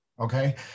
Okay